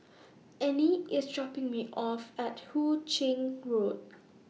Anie IS dropping Me off At Hu Ching Road